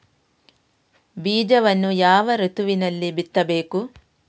ಬೀಜವನ್ನು ಯಾವ ಋತುವಿನಲ್ಲಿ ಬಿತ್ತಬೇಕು?